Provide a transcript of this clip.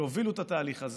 שהובילו את התהליך הזה,